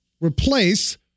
replace